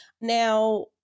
Now